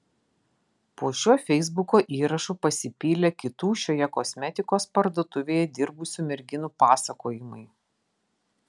po šiuo feisbuko įrašu pasipylė kitų šioje kosmetikos parduotuvėje dirbusių merginų pasakojimai